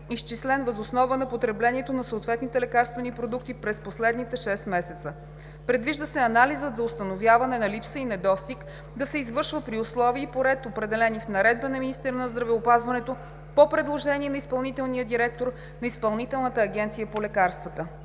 изчислен въз основа на потреблението на съответните лекарствени продукти през последните шест месеца. Предвижда се анализът за установяване на липса и недостиг да се извършва при условия и по ред, определени в наредба на министъра на здравеопазването, по предложение на изпълнителния директор на Изпълнителната